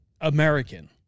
American